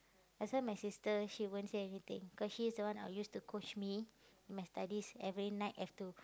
that's why my sister she won't say anything because she is the one who used to coach me my studies every night have to